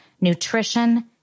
nutrition